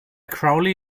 crowley